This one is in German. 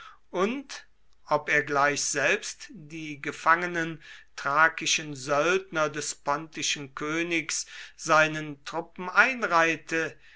und ob er gleich selbst die gefangenen thrakischen söldner des pontischen königs seinen truppen einreihte